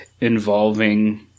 involving